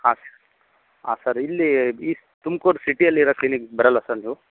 ಹಾಂ ಸರ್ ಹಾಂ ಸರ್ ಇಲ್ಲಿ ಈ ತುಮಕೂರು ಸಿಟಿಯಲ್ಲಿರೋ ಕ್ಲಿನಿಕ್ಕಿಗೆ ಬರಲ್ವಾ ಸರ್ ನೀವು